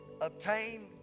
Obtain